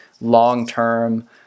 long-term